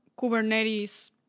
Kubernetes